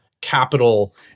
capital